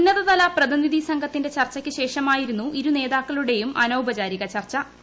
ഉന്നതതല പ്രതിനിധി സംഘത്തിന്റെ ചർച്ചകൾക്ക് ശേഷമായിരുന്നു ഇരുനേതാക്കളുടെയും അനൌപചാരിക ചർച്ചു